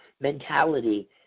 mentality